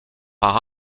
par